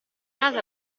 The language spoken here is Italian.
casa